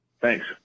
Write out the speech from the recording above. Thanks